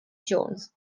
jones